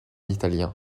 italien